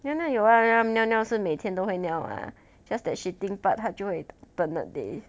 尿尿有 ah 尿尿是每天都会尿 ah just that shitting part 他就会笨一点而已